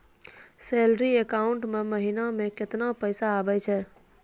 Salary account मे महिना मे केतना पैसा आवै छौन?